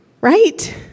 right